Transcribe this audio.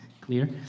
clear